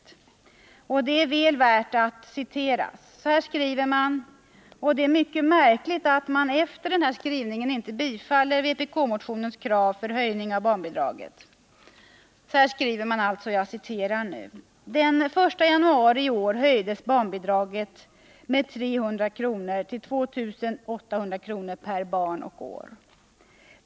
Så här skriver man — och det är mycket märkligt att man efter denna skrivning inte tillstyrker vpk-motionens krav på höjning av barnbidraget: ”Den 1 januari i år höjdes barnbidraget med 300 kr. till 2 800 per barn och år.